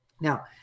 Now